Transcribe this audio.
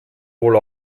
wohl